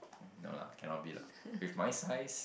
no lah cannot be lah with my size